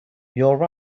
your